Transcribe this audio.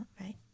right